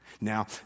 Now